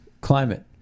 climate